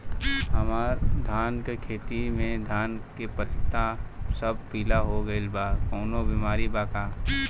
हमर धान के खेती में धान के पता सब पीला हो गेल बा कवनों बिमारी बा का?